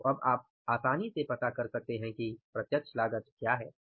तो अब आप आसानी से पता कर सकते हैं कि प्रत्यक्ष लागत क्या है